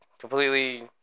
completely